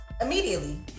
immediately